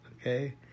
Okay